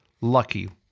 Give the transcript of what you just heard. lucky